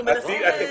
אנחנו מנסים.